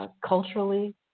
Culturally